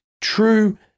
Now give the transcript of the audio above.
true